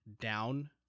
down